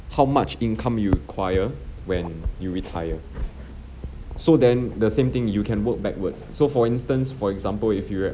how much income you require when you retire so then the same thing you can work backwards so for instance for example if you